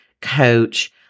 coach